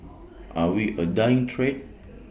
are we A dying trade